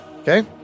Okay